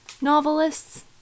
novelists